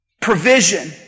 provision